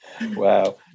wow